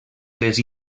les